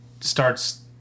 starts